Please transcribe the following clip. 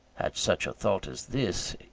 had such a thought as this,